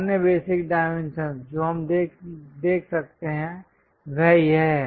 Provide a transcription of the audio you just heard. और अन्य basic dimensions जो हम देख सकते हैं वह यह है